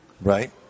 Right